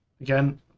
again